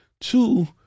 Two